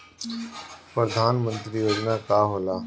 परधान मंतरी योजना का होला?